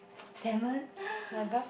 salmon